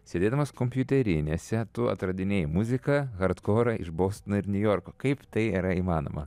sėdėdamas kompiuterinėse tu atradinėjai muziką hardkorą iš bostono ir niujorko kaip tai yra įmanoma